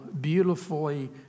beautifully